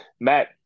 Matt